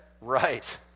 right